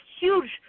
huge